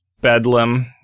Bedlam